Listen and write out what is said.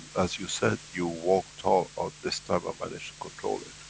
as you said you, walk tall or this time i've managed to control it.